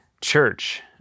church